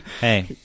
Hey